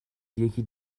یکی